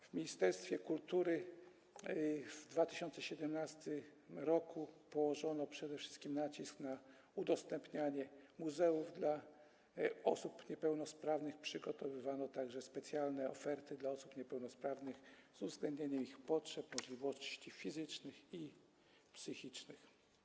W Ministerstwie Kultury w 2017 r. położono przede wszystkim nacisk na udostępnianie muzeów dla osób niepełnosprawnych, przygotowywano także specjalne oferty dla osób niepełnosprawnych, z uwzględnieniem ich potrzeb, możliwości fizycznych i psychicznych.